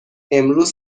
امروز